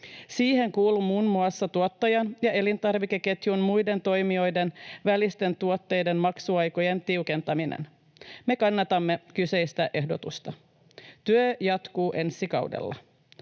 Siihen kuuluu muun muassa tuottajan ja elintarvikeketjun muiden toimijoiden välisten tuotteiden maksuaikojen tiukentaminen. Me kannatamme kyseistä ehdotusta. Työ jatkuu ensi kaudella.